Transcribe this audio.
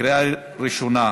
לקריאה ראשונה.